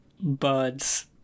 birds